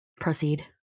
proceed